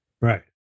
Right